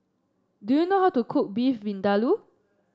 do you know how to cook Beef Vindaloo